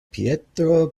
pietro